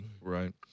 Right